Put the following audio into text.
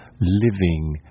living